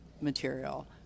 material